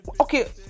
Okay